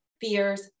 fears